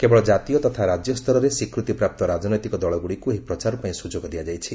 କେବଳ ଜାତୀୟ ତଥା ରାଜ୍ୟ ସ୍ତରରେ ସ୍ୱୀକୃତିପ୍ରାପ୍ତ ରାଜନୈତିକ ଦଳଗୁଡ଼ିକୁ ଏହି ପ୍ରଚାର ପାଇଁ ସୁଯୋଗ ଦିଆଯାଇଛି